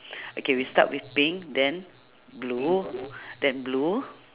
okay we start with pink then blue then blue